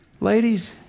Ladies